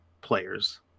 players